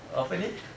apa ni